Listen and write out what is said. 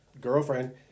girlfriend